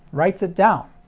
writes it down.